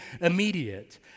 immediate